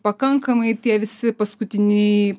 pakankamai tie visi paskutiniai